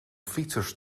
fietsers